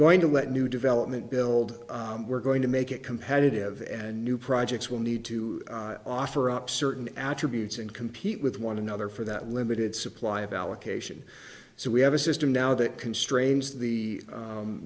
going to let new development build we're going to make it competitive and new projects will need to offer up certain attributes and compete with one another for that limited supply of allocation so we have a system now that constrains the